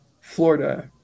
Florida